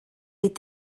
est